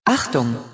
Achtung